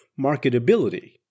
marketability